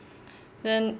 then